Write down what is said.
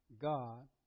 God